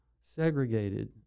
segregated